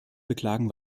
beklagen